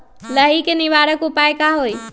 लाही के निवारक उपाय का होई?